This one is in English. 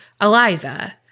Eliza